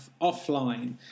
Offline